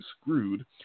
screwed